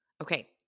Okay